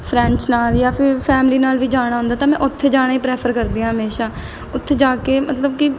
friends ਨਾਲ਼ ਜਾਂ ਫਿਰ ਫੈਮਲੀ ਨਾਲ਼ ਵੀ ਜਾਣਾ ਹੁੰਦਾ ਤਾਂ ਮੈਂ ਉੱਥੇ ਜਾਣਾ ਹੀ ਪ੍ਰੈਫਰ ਕਰਦੀ ਹਾਂ ਹਮੇਸ਼ਾਂ ਉੱਥੇ ਜਾ ਕੇ ਮਤਲਬ ਕਿ